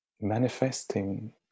manifesting